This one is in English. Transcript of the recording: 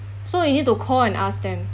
so you need to call and ask them